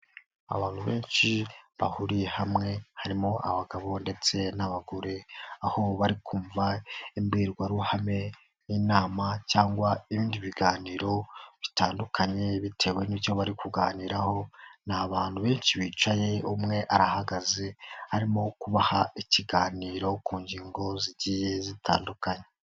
Abantu benshi bahuriye hamwe harimo abagabo ndetse n'abagore aho bari kumva imbwirwaruhame y'inama cyangwa ibindi biganiro bitandukanye bitewe n'icyo bari kuganiraho, ni abantu benshi bicaye umwe arahagaze arimo kubaha ikiganiro ku ngingo zagiye zitandukanye.